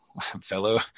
fellow